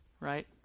right